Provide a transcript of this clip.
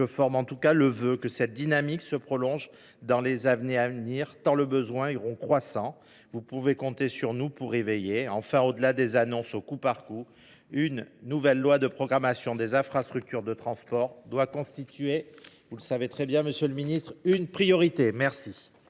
Je forme en tout cas le vœu que cette dynamique se prolonge dans les années à venir, tant les besoins iront croissant. Vous pouvez compter sur nous pour y veiller. Au delà des annonces au coup par coup, une nouvelle loi de programmation des infrastructures de transport doit, comme vous le savez, monsieur le ministre, constituer